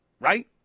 right